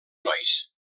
nois